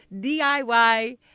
DIY